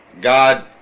God